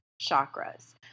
chakras